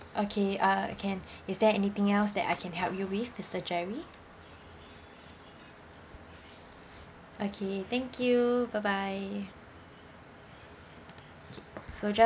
okay uh can is there anything else that I can help you with mister jerry okay thank you bye bye K so ju~